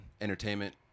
entertainment